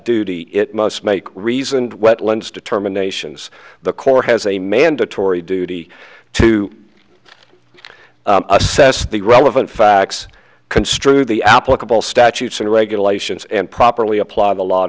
duty it must make reasoned wetlands determinations the corps has a mandatory duty to assessed the relevant facts construed the applicable statutes and regulations and properly applied a lot